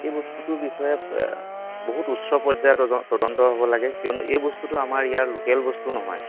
এই বস্তুটোৰ বিষয়ে বহুত উচ্চ পৰ্য্যায়ত তজ তদন্ত হ'ব লাগে কিয়নো এই বস্তুটো আমাৰ ইয়াৰ লোকেল বস্তু নহয়